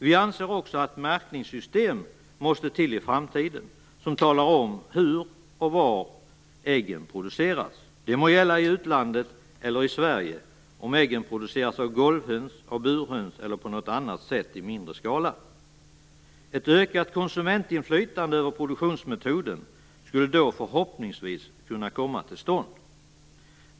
Vi anser också att märkningssystem måste till i framtiden där man talar om hur och var äggen produceras - det må gälla i utlandet eller i Sverige - om äggen producerats av golvhöns, av burhöns eller på något annat sätt i mindre skala. Ett ökat konsumentinflytande över produktionsmetoder skulle då förhoppningsvis komma till stånd."